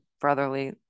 brotherly